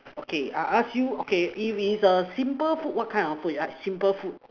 okay I ask you okay if is a simple food what kind of food you like simple food